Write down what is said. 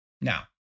Now